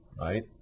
right